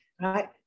right